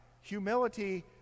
Humility